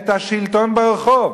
את השלטון ברחוב.